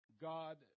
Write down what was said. God